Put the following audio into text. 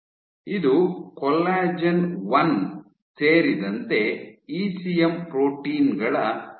ಇದು collagen one ಸೇರಿದಂತೆ ECM protein ಗಳ ಸಂಗ್ರಹವಾಗಿದೆ